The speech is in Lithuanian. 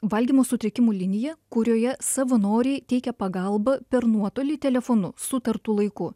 valgymo sutrikimų linija kurioje savanoriai teikia pagalbą per nuotolį telefonu sutartu laiku